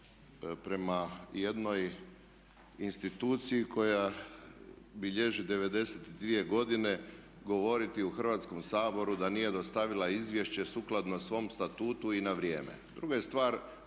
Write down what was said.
prema jednoj instituciji koja bilježi 92 godine govoriti u Hrvatskom saboru da nije dostavila izvješće sukladno svom statutu i na vrijeme. Druga je stvar